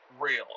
real